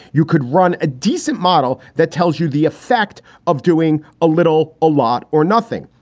you could run a decent model that tells you the effect of doing a little a lot or nothing.